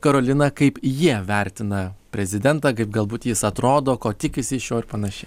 karolina kaip jie vertina prezidentą kaip galbūt jis atrodo ko tikisi iš jo ir panašiai